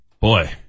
Boy